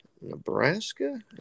Nebraska